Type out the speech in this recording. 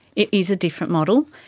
it is a different model,